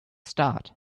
start